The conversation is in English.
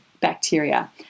bacteria